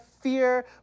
fear